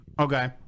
Okay